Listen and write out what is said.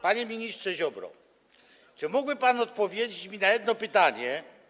Panie ministrze Ziobro, czy mógłby pan odpowiedzieć mi na jedno pytanie?